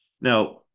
now